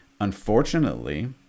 unfortunately